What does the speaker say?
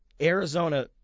Arizona